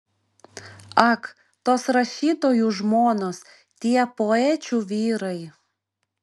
ak tos rašytojų žmonos tie poečių vyrai